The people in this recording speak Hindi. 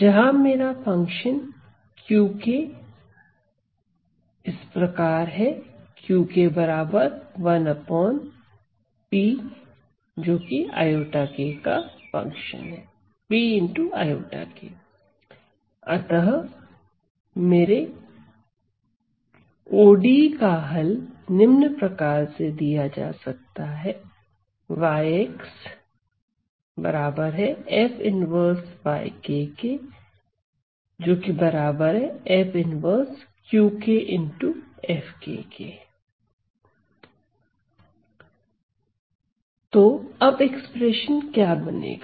जहां मेरा फंक्शन Q है अतः मेरे ODE का हल निम्न प्रकार से दिया जा सकता है तो अब एक्सप्रेशन क्या बनेगा